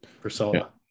persona